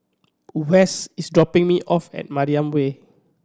West is dropping me off at Mariam Way